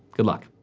good luck.